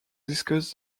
discuss